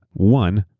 one,